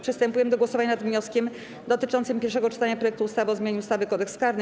Przystępujemy do głosowania nad wnioskiem dotyczącym pierwszego czytania projektu ustawy o zmianie ustawy - Kodeks karny.